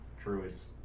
druids